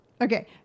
Okay